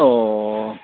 ꯑꯣ